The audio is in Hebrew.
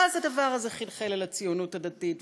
הדבר הזה חלחל אל הציונות הדתית,